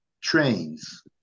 trains